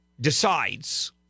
decides